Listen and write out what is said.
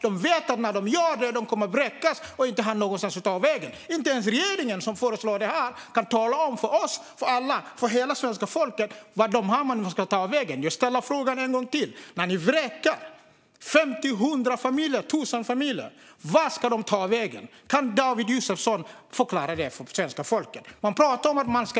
Jo, för de vet att när de gör det kommer de att vräkas och inte ha någonstans att ta vägen. Inte ens regeringen, som föreslår detta, kan tala om för oss och för hela svenska folket vart dessa människor ska ta vägen. Jag ställer frågan en gång till: När ni vräker 50, 100 eller 1 000 familjer, vart ska de ta vägen? Kan David Josefsson förklara det för svenska folket? Man pratar om att